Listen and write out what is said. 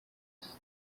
les